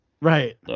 Right